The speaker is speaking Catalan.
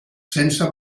sense